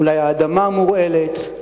אולי האדמה מורעלת.